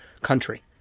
country